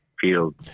field